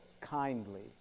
kindly